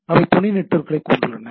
அவை துணை நெட்வொர்க்குகளைக் கொண்டுள்ளன